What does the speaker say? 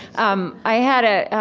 um i had a